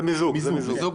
זה מיזוג.